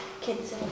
kids